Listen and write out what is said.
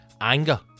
anger